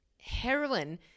Heroin